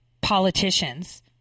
politicians